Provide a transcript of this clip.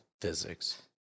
physics